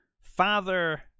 father